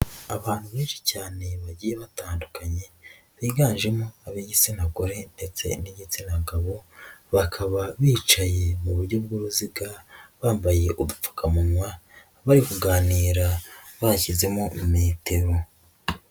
Abantu benshi cyane bagiye batandukanye biganjemo ab'igitsina gore ndetse n'igitsina gabo, bakaba bicaye mu buryo bw'uruziga bambaye udupfukamunwa, bari kuganira bayashyizemo metero.